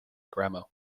grammar